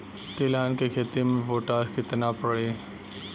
तिलहन के खेती मे पोटास कितना पड़ी?